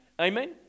amen